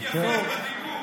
מתייפייף בדיבור.